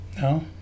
No